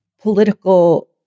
political